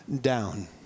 down